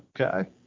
Okay